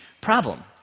problem